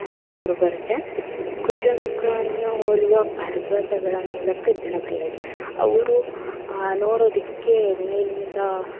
ಅಂತ ಊರು ಬರುತ್ತೆ ಕುದುರೆಮುಖವನ್ನು ಹೋಲುವ ಪರ್ವತಗಳ ಮೂಲಕ ಜನಪ್ರಿಯವಾಗಿದೆ ಆ ಊರು ನೋಡೋದಕ್ಕೆ ಮೇಲಿಂದ